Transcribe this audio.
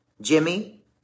Jimmy